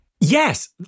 Yes